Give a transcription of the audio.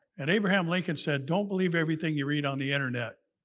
and abraham lincoln said, don't believe everything you read on the internet.